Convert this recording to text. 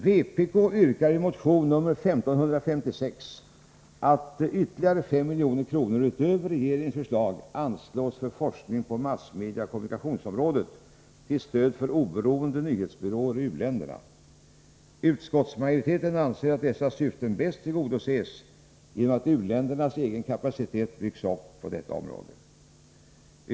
Vpk yrkar i motion nr 1556 att ytterligare 5 milj.kr. utöver regeringens förslag anslås för forskning på massmediaoch kommunikationsområdet till stöd för oberoende nyhetsbyråer i u-länderna. Utskottsmajoriteten anser att dessa syften bäst tillgodoses genom att u-ländernas egen kapacitet byggs upp på detta område.